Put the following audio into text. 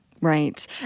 Right